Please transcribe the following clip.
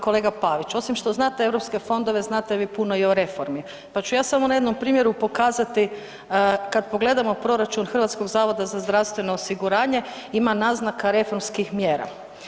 Kolega Pavić, osim što znate europske fondove, znate vi puno i o reformi, pa ću ja samo na jednom primjeru pokazati kad pogledamo proračun HZZO-a ima naznaka reformskih mjera.